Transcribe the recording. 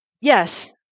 Yes